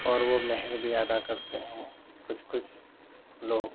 اور وہ مہر بھی ادا کرتے ہیں کچھ کچھ لوگ